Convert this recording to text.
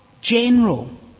general